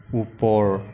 ওপৰ